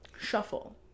shuffle